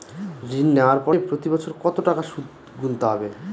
ঋণ নেওয়ার পরে প্রতি বছর কত টাকা সুদ গুনতে হবে?